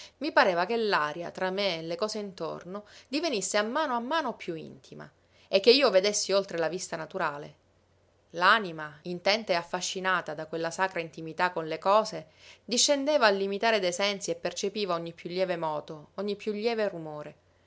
mi pareva che l'aria tra me e le cose intorno divenisse a mano a mano piú intima e che io vedessi oltre la vista naturale l'anima intenta e affascinata da quella sacra intimità con le cose discendeva al limitare dei sensi e percepiva ogni piú lieve moto ogni piú lieve rumore